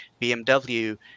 bmw